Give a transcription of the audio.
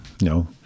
No